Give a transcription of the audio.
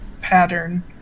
pattern